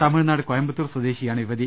തമിഴ്നാട് കോയമ്പത്തൂർ സ്വദേശിയാണ് യുവതി